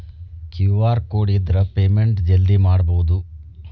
QR code ಇದ್ರ payment ಜಲ್ದಿ ಮಾಡಬಹುದು ನೋಡ್